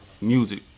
music